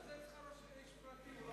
מה זה אצלך איש פרטי?